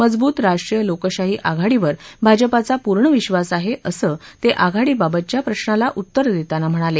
मजबूत राष्ट्रीय लोकशाही आघाडी वर भाजपाचा पूर्ण विश्ववास आहे असं ते आघाडीबाबतच्या प्रशाला उत्तर देताना म्हणाले